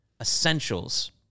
essentials